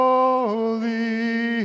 Holy